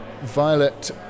Violet